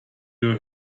you